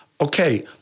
Okay